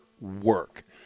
work